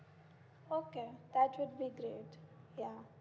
okay that would be great ya